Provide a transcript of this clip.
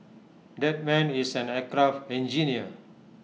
that man is an aircraft engineer